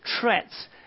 threats